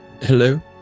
Hello